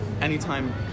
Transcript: anytime